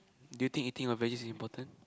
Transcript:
do you think eating your veges is important